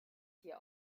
hier